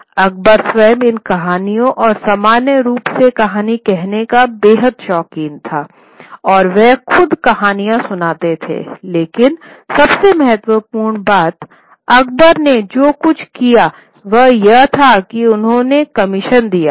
अकबर स्वयं इन कहानियों और सामान्य रूप से कहानी कहने का बेहद शौकीन था और वह खुद कहानियां सुनाते थे लेकिन सबसे महत्वपूर्ण बात अकबर ने जो कुछ किया वह यह था कि उन्होंने कमीशन दिया था